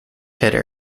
hitter